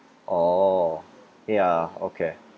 orh ya okay